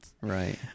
Right